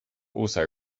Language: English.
also